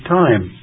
time